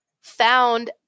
found